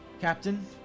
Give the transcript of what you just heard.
Captain